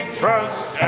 trust